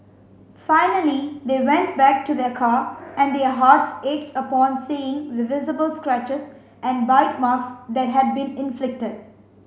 finally they went back to their car and their hearts ached upon seeing the visible scratches and bite marks that had been inflicted